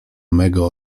mego